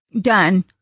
done